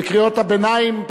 בקריאות הביניים,